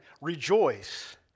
rejoice